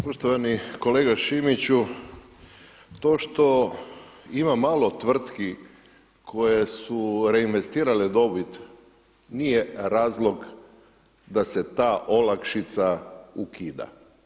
Poštovani kolega Šimiću, to što ima malo tvrtki koje su reinvestirale dobit nije razlog da se ta olakšica ukida.